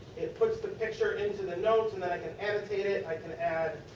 it puts the picture into the notes and then i can annotate it. i can add